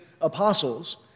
apostles